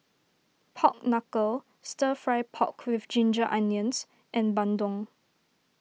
Pork Knuckle Stir Fry Pork with Ginger Onions and Bandung